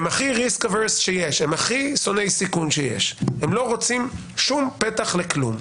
הכי שונאי סיכון שיש הם לא רוצים שום פתח לכלום.